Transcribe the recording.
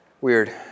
weird